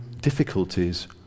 difficulties